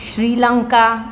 Sri Lanka